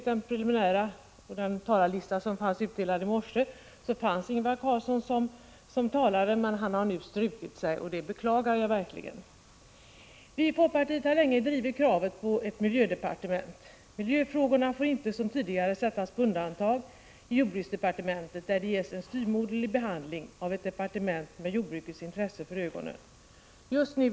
På den preliminära talarlista som utdelades i morse var Ingvar Carlsson uppsatt som talare, men han har nu strukit sig, och det beklagar jag verkligen. Vi i folkpartiet har länge drivit kravet på ett miljödepartement. Miljöfrågorna får inte som tidigare sättas på undantag i jordbruksdepartementet, där de ges en styvmoderlig behandling av ett departement med jordbrukets intressen för ögonen.